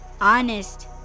Honest